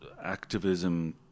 activism